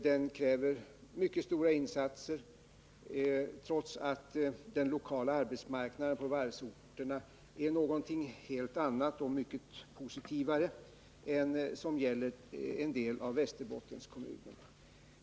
Denna näring kräver mycket stora insatser, trots att den lokala arbetsmarknaden på varvsorterna är en helt annan och mycket positivare än vad som gäller i en del av Västerbottenskommunerna.